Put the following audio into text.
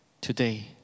today